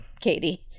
Katie